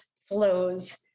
flows